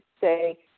say